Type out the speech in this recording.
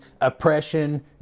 oppression